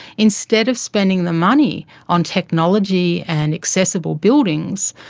instead of spending the money on technology and accessible buildings,